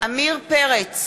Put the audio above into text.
עמיר פרץ,